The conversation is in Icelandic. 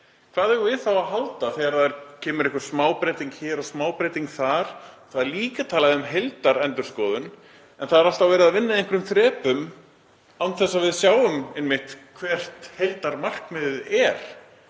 eigum við þá að halda þegar kemur einhver smá breyting hér og smá breyting þar? Það er líka talað um heildarendurskoðun en það er alltaf verið að vinna í einhverjum þrepum án þess að við sjáum einmitt hvert heildarmarkmiðið er